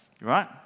Right